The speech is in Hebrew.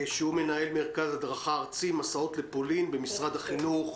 מנהל מרכז הדרכה ארצי מסעות לפולין במשרד החינוך.